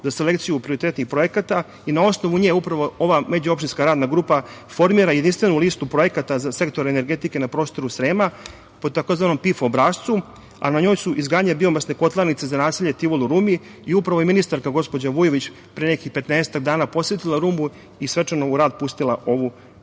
za selekciju prioritetnih projekata i na osnovu nje upravo ova međuopštinska radna grupa formira jedinstvenu listu projekata za sektor energetike na prostoru Srema, po takozvanom PIF obrascu, a na njoj su izgradnja biomasne kotlarnice za naselje Tivol u Rumu. Upravo je ministarka, gospođa Vujović, pre nekih 15-ak dana posetila Rumu i svečano u rad pustila ovu biomasnu